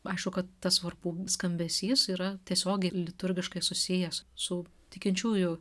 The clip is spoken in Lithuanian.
aišku kad tas varpų skambesys yra tiesiogiai liturgikai susijęs su tikinčiųjų